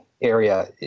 area